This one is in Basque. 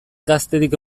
gaztedik